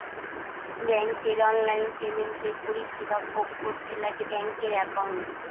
ব্যাঙ্কের অনলাইন পেমেন্টের পরিষেবা ভোগ করতে লাগে ব্যাঙ্কের একাউন্ট